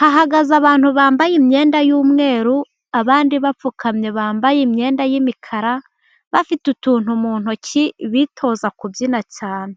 Hahagaze abantu bambaye imyenda y'umweru, abandi bapfukamye bambaye imyenda y'imikara, bafite utuntu mu ntoki, bitoza kubyina cyane.